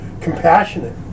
compassionate